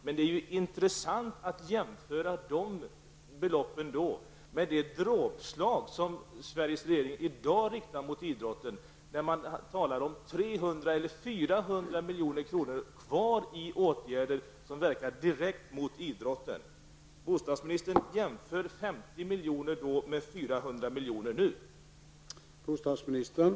Men det är intressant att jämföra de beloppen med det dråpslag som Sveriges regering i dag riktar mot idrotten när man talar om 300-400 milj.kr. för åtgärder som verkar direkt mot idrotten. Bostadsministern jämför 50 milj.kr. då med 400 milj.kr. nu.